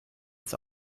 ins